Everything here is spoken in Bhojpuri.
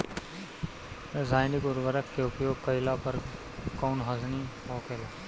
रसायनिक उर्वरक के उपयोग कइला पर कउन हानि होखेला?